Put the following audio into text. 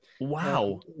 Wow